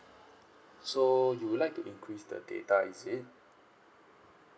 so you would like to increase the data is it